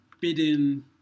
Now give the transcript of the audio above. bidding